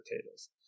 potatoes